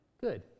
Good